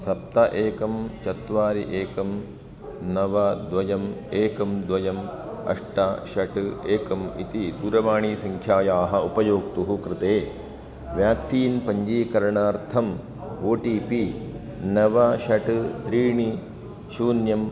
सप्त एकं चत्वारि एकं नव द्वे एकं द्वे अष्ट षट् एकम् इति दूरवाणीसङ्ख्यायाः उपयोक्तुः कृते व्याक्सीन् पञ्जीकरणार्थं ओ टी पी नव षट् त्रीणि शून्यम्